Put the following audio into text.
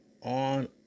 on